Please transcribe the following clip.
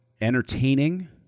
entertaining